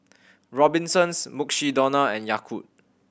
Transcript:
Robinsons Mukshidonna and Yakult